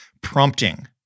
prompting